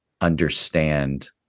Understand